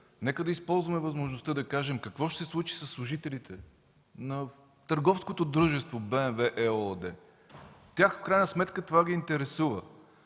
нека да използваме възможността да кажем какво ще се случи със служителите на Търговското дружество „БМВ” ЕООД. В крайна сметка тях това ги интересува.